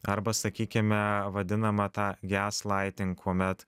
arba sakykime vadinamą tą geslaiting kuomet